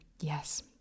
yes